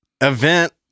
event